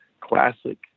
classic